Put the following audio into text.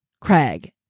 Craig